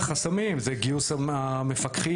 החסמים זה גיוס המפקחים,